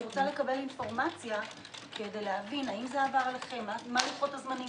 אני רוצה לקבל אינפורמציה כדי להבין האם זה עבר אליכם ומה לוחות הזמנים.